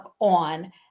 on